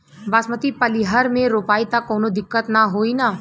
बासमती पलिहर में रोपाई त कवनो दिक्कत ना होई न?